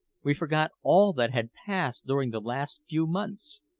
we forgot all that had passed during the last few months,